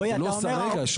רועי, אתה אומר --- רגע.